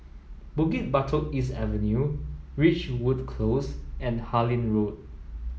Bukit Batok East Avenue Ridgewood Close and Harlyn Road